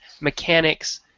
mechanics